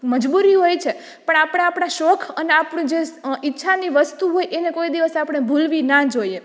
મજબૂરી હોય છે પણ આપણે આપણા શોખ અને આપણી જે ઈચ્છાની વસ્તુ હોય એને કોઈ દિવસ આપણે ભૂલવી ન જોઈએ